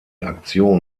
aktion